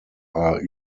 are